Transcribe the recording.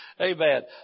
Amen